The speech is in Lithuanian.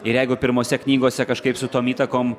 ir jeigu pirmose knygose kažkaip su tom įtakom